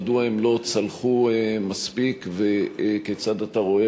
מדוע הם לא צלחו מספיק וכיצד אתה רואה